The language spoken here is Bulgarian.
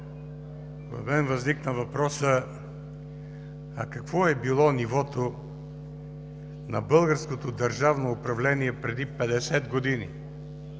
в мен възникна въпросът: какво е било нивото на българското държавно управление преди 50 години,